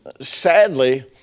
sadly